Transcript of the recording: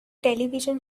television